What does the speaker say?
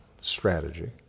strategy